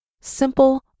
Simple